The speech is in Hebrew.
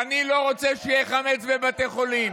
אני לא רוצה שיהיה חמץ בבתי חולים.